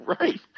right